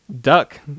duck